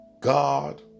God